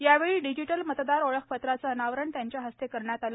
यावेळी डिजिटल मतदार ओळखपत्राचं अनावरण त्यांच्या हस्ते करण्यात आलं